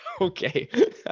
Okay